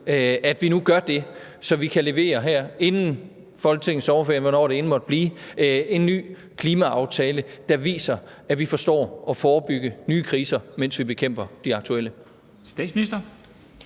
at vi nu gør det, så vi her inden Folketingets sommerferie, hvornår det end måtte blive, kan levere en ny klimaaftale, der viser, at vi forstår at forebygge nye kriser, mens vi bekæmper de aktuelle.